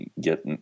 get